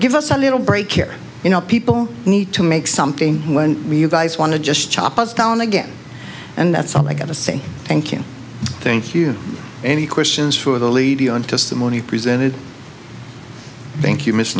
give us a little break here you know people need to make something when you guys want to just chop us down again and that's all i got to say thank you thank you any questions for the leave you and just the money presented thank you miss